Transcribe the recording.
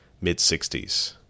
mid-60s